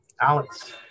Alex